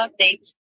updates